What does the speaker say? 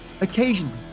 occasionally